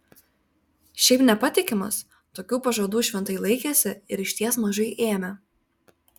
šiaip nepatikimas tokių pažadų šventai laikėsi ir išties mažai ėmė